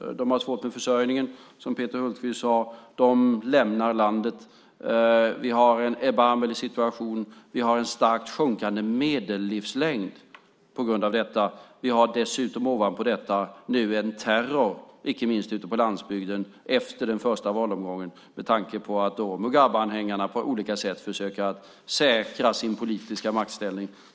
De har svårt med försörjningen, som Peter Hultqvist sade. De lämnar landet. Det är en erbarmlig situation. Medellivslängden är starkt sjunkande på grund av detta. Dessutom har man nu ovanpå detta en terror, icke minst ute på landsbygden, efter den första valomgången med tanke på att Mugabeanhängarna på olika sätt försöker säkra sin politiska maktställning.